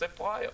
יוצא פראייר.